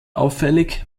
auffällig